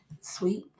Sweet